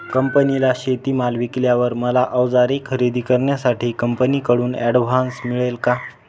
कंपनीला शेतीमाल विकल्यावर मला औजारे खरेदी करण्यासाठी कंपनीकडून ऍडव्हान्स मिळेल का?